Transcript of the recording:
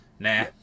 Nah